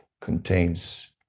contains